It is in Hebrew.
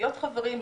להיות חברים,